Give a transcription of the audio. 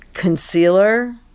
concealer